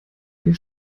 wir